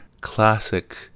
classic